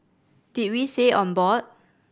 did we say on board